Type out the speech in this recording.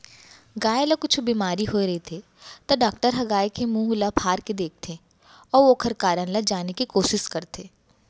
गाय ल कुछु बेमारी होय रहिथे त डॉक्टर ह गाय के मुंह ल फार के देखथें अउ ओकर कारन ल जाने के कोसिस करथे